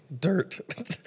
dirt